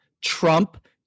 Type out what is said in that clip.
Trump